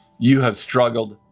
you have struggled,